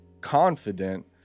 confident